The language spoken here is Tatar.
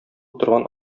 утырган